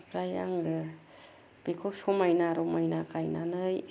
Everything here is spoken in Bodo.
ओमफ्राय आङो बेखौ समायना रमायना गायनानै